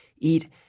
eat